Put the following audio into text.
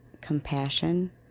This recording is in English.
compassion